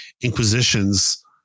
inquisitions